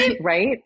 Right